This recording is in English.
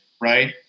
right